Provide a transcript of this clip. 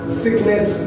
sickness